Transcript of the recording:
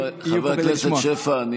השר, בהמשך לשאלה, אשמח אם